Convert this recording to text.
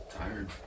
tired